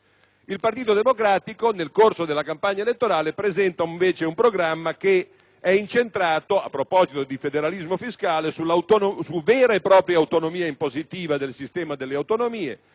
Il Partito Democratico, nel corso della campagna elettorale, presenta invece un programma che è incentrato, a proposito di federalismo fiscale, su una vera e propria autonomia impositiva del sistema delle autonomie